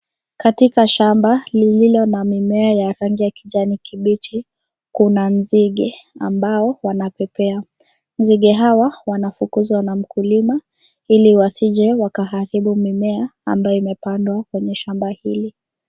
Katika shamba lililo na mimea ya rangi ya kijani kibichi, kuna nzige ambao wanapepea. Nzige hawa wanafukuzwa na mkulima ili wasije wakaharibu mimea ambayo imepandwa kwenye shamba hili.